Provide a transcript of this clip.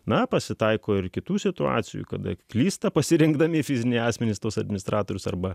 na pasitaiko ir kitų situacijų kada klysta pasirinkdami fiziniai asmenys tuos administratorius arba